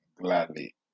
gladly